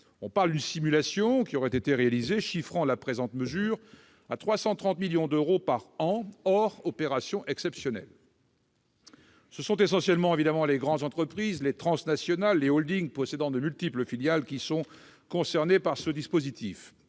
publiques. Une simulation aurait été réalisée chiffrant la présente mesure à 330 millions d'euros par an, hors opérations exceptionnelles. Évidemment, ce sont essentiellement les grandes entreprises, les transnationales et les holdings possédant de multiples filiales qui sont concernées par ce dispositif.